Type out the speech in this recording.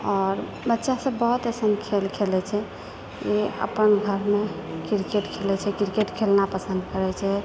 आओर बच्चासभ बहुत एसन खेल खेलैत छै ओ अपन घरमे क्रिकेट खेलैत छै क्रिकेट खेलेनाइ पसन्द करैत छै